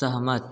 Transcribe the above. सहमत